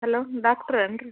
hello doctor ಏನು ರೀ